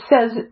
says